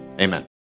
Amen